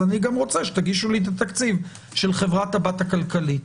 אז אני גם רוצה שתגישו לי את התקציב של חברת הבת הכלכלית.